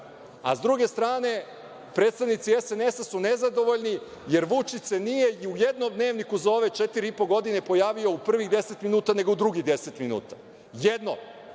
A s druge strane, predstavnici SNS-a su nezadovoljni, jer Vučić se nije ni u jednom dnevniku za ove četiri i po godine pojavio u prvih 10 minuta nego u drugih 10 minuta. Jednom